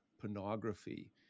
pornography